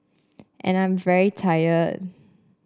and I'm very tired